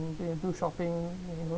and you can do shopping you can go